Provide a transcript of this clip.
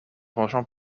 penchant